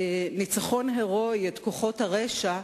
ניצחון הירואי את כוחות הרשע,